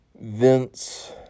Vince